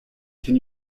can